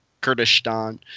Kurdistan